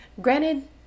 granted